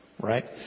right